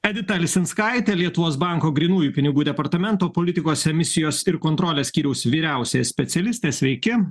edita lisinskaite lietuvos banko grynųjų pinigų departamento politikos emisijos ir kontrolės skyriaus vyriausiąja specialiste sveiki